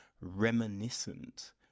reminiscent